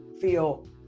feel